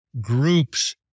groups